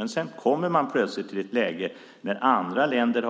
Men sedan kommer man plötsligt till ett läge där andra länder